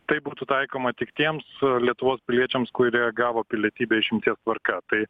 tai būtų taikoma tik tiems lietuvos piliečiams kurie gavo pilietybę išimties tvarka tai